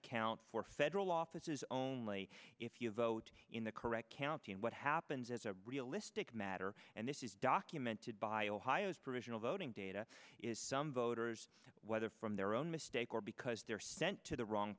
count for federal offices only if you vote in the correct county and what happens as a realistic matter and this is documented by ohio's provisional voting data is some voters whether from their own mistakes or because they're sent to the wrong